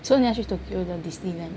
so 你要去 Tokyo Disneyland